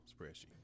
spreadsheet